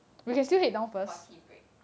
for tea break